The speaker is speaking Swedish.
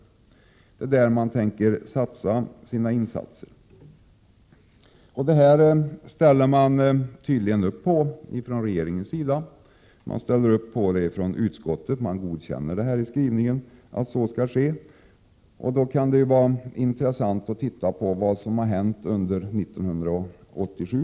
Det är inom dessa områden man tänker göra sina insatser. Detta ställer tydligen regeringen upp på, och utskottet godkänner i sin skrivning att detta skall ske. Därför kan det vara intressant att titta på vad som har hänt under 1987.